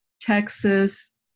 Texas